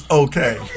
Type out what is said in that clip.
okay